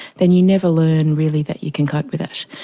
then you never learn really that you can cope with it.